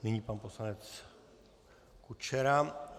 Nyní pan poslanec Kučera.